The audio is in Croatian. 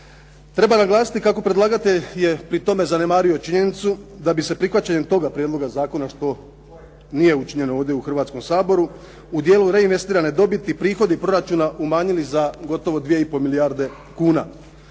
Treba naglasiti kao predlagatelj je pri tome zanemario činjenicu da bi se prihvaćanjem toga prijedloga zakona što nije učinjeno ovdje u Hrvatskom saboru u dijelu reinvestirane dobiti prihodi proračuna umanjili za gotovo 2,5 milijarde kuna.